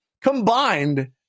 combined